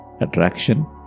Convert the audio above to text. attraction